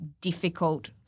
difficult